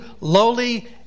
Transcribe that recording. lowly